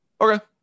Okay